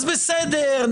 אז בסדר,